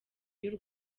y’u